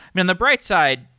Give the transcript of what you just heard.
i mean, on the bright side,